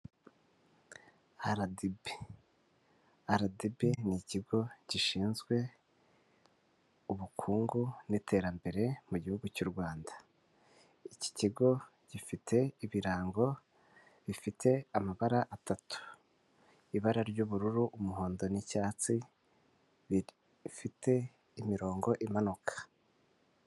Aradibi, Aradibi ni ikigo gishinzwe ubukungu n'iterambere mu gihugu cy'u Rwanda. Iki kigo gifite ibirango bifite amabara atatu ibara ry'ubururu, umuhondo n'icyatsi bifite imirongo imanuka.